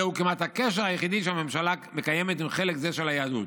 זהו כמעט הקשר היחידי שהממשלה מקיימת עם חלק זה של היהדות.